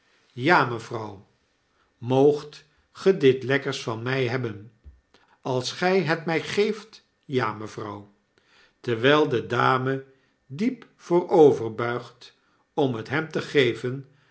ja mevrouw moogt ge dit lekkers van my hebben als gij net mjj geeft j a mevrouw terwijl de dame diep vooroverbuigt om het hem te geven